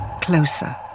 Closer